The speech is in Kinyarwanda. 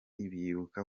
bibuka